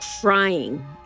crying